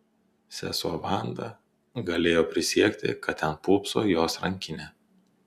sesuo vanda galėjo prisiekti kad ten pūpso jos rankinė